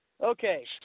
Okay